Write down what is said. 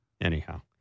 Anyhow